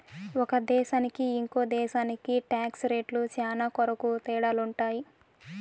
ఒక దేశానికి ఇంకో దేశానికి టాక్స్ రేట్లు శ్యానా కొరకు తేడాలుంటాయి